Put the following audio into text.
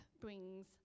brings